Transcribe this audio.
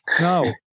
No